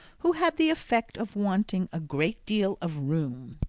who had the effect of wanting a great deal of room.